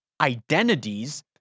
identities